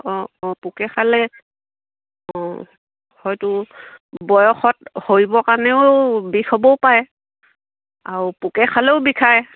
অঁ অঁ পোকে খালে অঁ হয়তো বয়সত সৰিবৰ কাৰণেও বিষ হ'বও পাৰে আৰু পোকে খালেও বিষাই